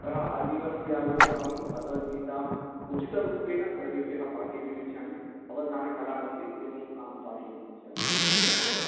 अतः आजीवनं यावत् अहं भगवद्गीताम् उचितरूपेण सर्वेभ्यः पाठयितुमिच्छामि अवधानकलामपि एवम् अहं पाठयितुमिच्छामि एवम्